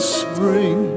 spring